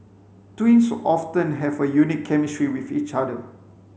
twins often have a unique chemistry with each other